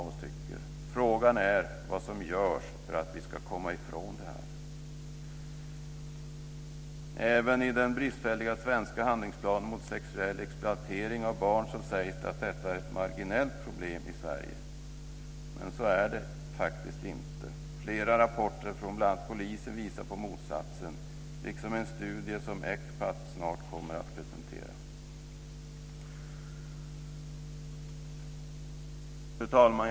Frågan är vad som görs för att vi ska komma ifrån det här. Även i den bristfälliga svenska handlingsplanen mot sexuell exploatering av barn sägs det att detta är ett marginellt problem i Sverige. Men så är inte fallet. Flera rapporter från bl.a. polisen visar på motsatsen, liksom en studie som ECPAT snart kommer att presentera. Fru talman!